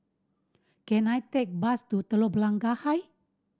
can I take a bus to Telok Blangah Height